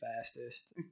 fastest